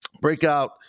breakout